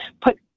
put